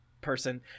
person